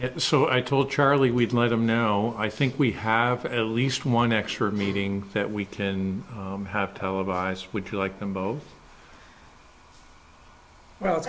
if so i told charlie we'd let them know i think we have at least one extra meeting that we can have televised would you like them both well